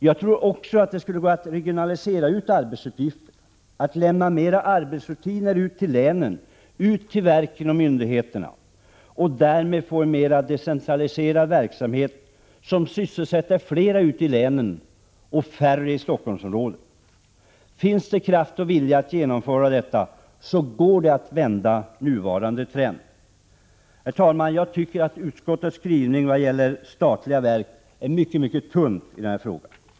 Jag tror också det skulle gå att regionalisera ut arbetsuppgifterna, att lämna mera arbetsrutiner ut till länen och till de olika verken och myndigheterna och därmed få en mera decentraliserad verksamhet, som sysselsätter flera ute i länen och färre i Stockholmsregionen. Finns det kraft och vilja att genomföra detta går det att vända nuvarande trend. Herr talman! Jag tycker att utskottets skrivning vad gäller statliga verk är mycket tunn i den här frågan.